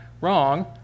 wrong